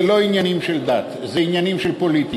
זה לא עניינים של דת, זה עניינים של פוליטיקה.